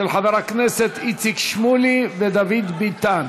של חברי הכנסת איציק שמולי ודוד ביטן.